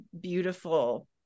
beautiful